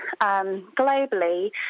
globally